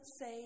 say